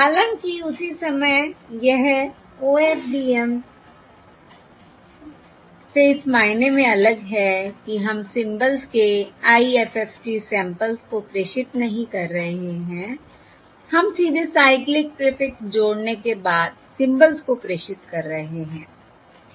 हालाँकि उसी समय यह OFDM से इस मायने में अलग है कि हम सिम्बल्स के IFFT सैंपल्स को प्रेषित नहीं कर रहे हैं हम सीधे साइक्लिक प्रीफिक्स जोड़ने के बाद सिम्बल्स को प्रेषित कर रहे हैं ठीक है